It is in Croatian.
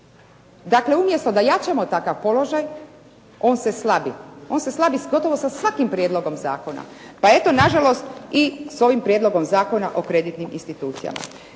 Dakle, umjesto da jačamo takav položaj on se slabi, on se slabi gotovo sa svakim prijedlogom zakona. Pa eto nažalost i sa ovim Prijedlogom zakona o kreditnim institucijama.